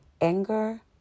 anger